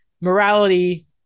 morality